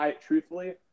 truthfully